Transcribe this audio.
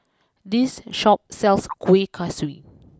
this Shop sells Kueh Kaswi